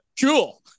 Cool